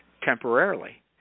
temporarily